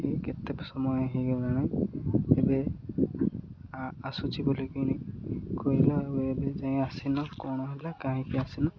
କି କେତେ ସମୟ ହେଇଗଲାଣି ଏବେ ଆସୁଛି ବୋଲିକନି କହିଲା ଆଉ ଏବେ ଯାଇ ଆସିନ କଣ ହେଲା କାହିଁକି ଆସିନ